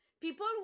people